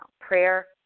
Prayer